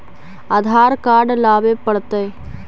आधार card लाबे पड़तै?